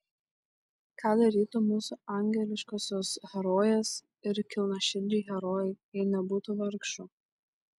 ką darytų mūsų angeliškosios herojės ir kilniaširdžiai herojai jei nebūtų vargšų